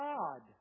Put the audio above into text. God